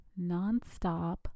nonstop